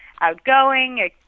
outgoing